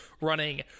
running